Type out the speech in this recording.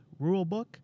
rulebook